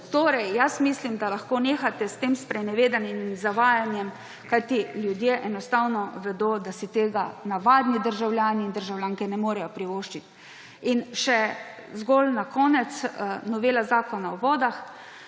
vrnitev. Mislim, da lahko nehate s tem sprenevedanjem in zavajanjem, kajti ljudje enostavno vedo, da si tega navadni državljanke in državljani ne morejo privoščiti. Zgolj za konec še novela Zakona o vodah.